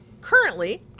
currently